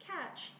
Catch